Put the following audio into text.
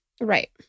Right